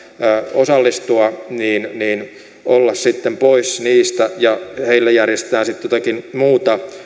osallistua olla pois niistä ja heille järjestetään sitten jotakin muuta